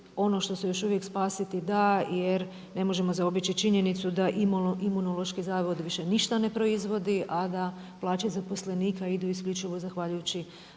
ono što se još uvijek spasiti da jer ne možemo zaobići činjenicu da Imunološki zavod više ništa proizvodi, a da plaće zaposlenika idu isključivo zahvaljujući